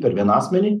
per vieną asmenį